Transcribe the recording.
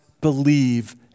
believe